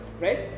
Right